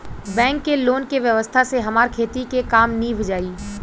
bank के loan के व्यवस्था से हमार खेती के काम नीभ जाई